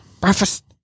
Breakfast